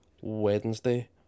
Wednesday